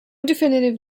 definitive